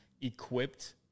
equipped